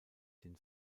den